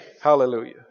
Hallelujah